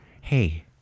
Hey